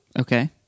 Okay